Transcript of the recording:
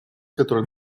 которые